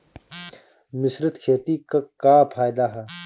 मिश्रित खेती क का फायदा ह?